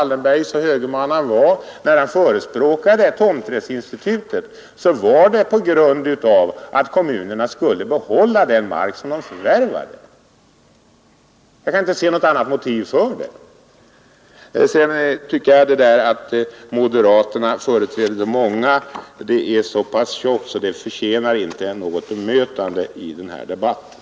Wallenberg, så högerman han var, förespråkade tomträttsinstitutet för att kommunerna skulle behålla den mark som de förvärvade, Jag kan inte se något annat motiv för det. Till slut tycker jag att det där att moderaterna företräder de många är så pass tjockt att det inte förtjänar något bemötande i den här debatten.